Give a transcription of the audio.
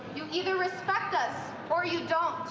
you either respect us or you don't.